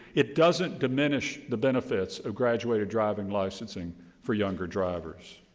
it doesn't diminish the benefits of graduated drivers licensing for younger drivers.